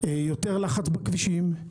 יותר לחץ בכבישים,